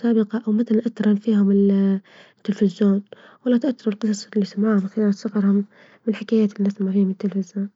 سابقة أو مثلا أثر فيهم ال التليفزيون ولا تأثروا للقصصا للي سمعوها في خلال سفرهم والحكايات اللي سامعينها من التليفزيون.